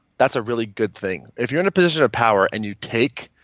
that's a really good thing. if you're in a position of power and you take,